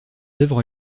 œuvres